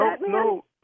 no